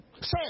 Say